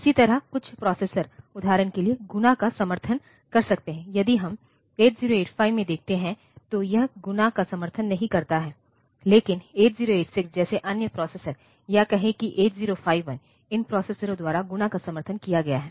इसी तरह कुछ प्रोसेसर उदाहरण के लिए गुणा का समर्थन कर सकते हैं यदि हम 8085 में देखते हैं तो यह गुणा का समर्थन नहीं करता है लेकिन 8086 जैसे अन्य प्रोसेसर या कहें कि 8051 इन प्रोसेसर द्वारा गुणा का समर्थन किया गया है